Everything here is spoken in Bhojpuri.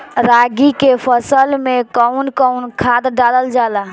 रागी के फसल मे कउन कउन खाद डालल जाला?